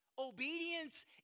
Obedience